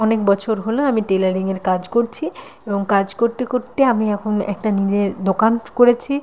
অনেক বছর হল আমি টেলারিংয়ের কাজ করছি এবং কাজ করতে করতে আমি এখন একটা নিজে দোকান করেছি